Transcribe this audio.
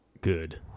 good